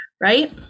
right